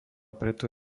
preto